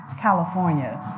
California